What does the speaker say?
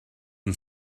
and